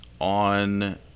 on